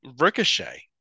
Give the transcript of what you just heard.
Ricochet